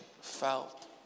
felt